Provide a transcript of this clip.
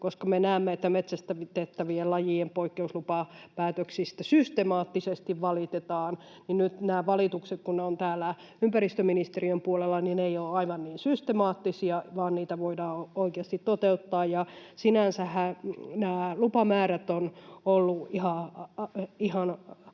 koska me näemme, että metsästettävien lajien poikkeuslupapäätöksistä systemaattisesti valitetaan. Nyt nämä valitukset, kun ne ovat ympäristöministeriön puolella, eivät ole aivan niin systemaattisia, vaan niitä voidaan oikeasti toteuttaa. Sinänsähän nämä lupamäärät ovat olleet ihan